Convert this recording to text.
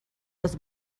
was